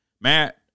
Matt